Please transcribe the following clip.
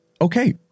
okay